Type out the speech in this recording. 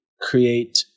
create